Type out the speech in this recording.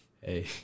hey